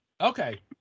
Okay